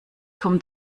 kommt